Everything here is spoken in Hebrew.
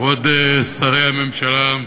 כבוד שרי הממשלה,